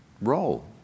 role